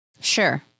Sure